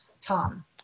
Tom